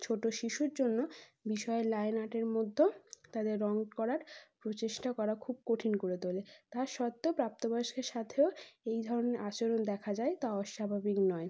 ছোট শিশুর জন্য বিষয়ের লাইন আর্টের মধ্যে তাদের রং করার প্রচেষ্টা করা খুব কঠিন করে তোলে তা সত্ত্বেও প্রাপ্তবয়স্কের সাথেও এই ধরনের আচরণ দেখা যায় তা অস্বাভাবিক নয়